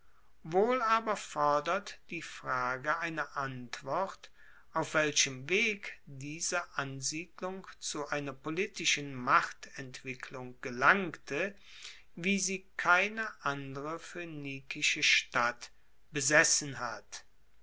wohl aber fordert die frage eine antwort auf welchem weg diese ansiedlung zu einer politischen machtentwicklung gelangte wie sie keine andere phoenikische stadt besessen hat